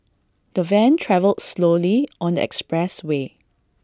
the van travelled slowly on the expressway